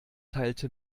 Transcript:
teilte